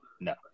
no